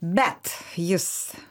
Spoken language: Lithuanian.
bet jis